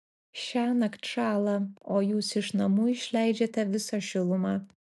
šiąnakt šąla o jūs iš namų išleidžiate visą šilumą